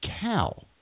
cow